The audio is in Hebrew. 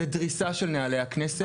זאת דריסה של נהלי הכנסת,